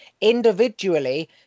individually